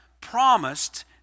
promised